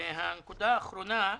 והנקודה האחרונה,